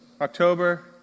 October